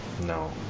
no